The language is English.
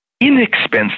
inexpensive